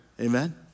Amen